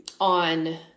on